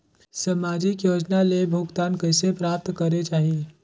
समाजिक योजना ले भुगतान कइसे प्राप्त करे जाहि?